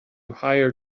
hire